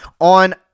on